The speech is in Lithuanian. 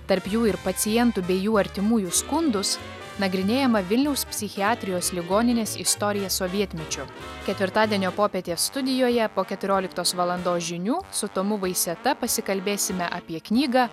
tarp jų ir pacientų bei jų artimųjų skundus nagrinėjama vilniaus psichiatrijos ligoninės istorija sovietmečiu ketvirtadienio popietė studijoje po keturioliktos valandos žinių su tomu vaiseta pasikalbėsime apie knygą